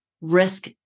risk